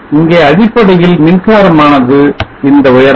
இங்கே அடிப்படையில் மின்சாரமானது இந்த உயரம்